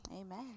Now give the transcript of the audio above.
Amen